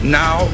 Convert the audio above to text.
now